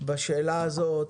בשאלה הזאת,